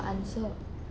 answer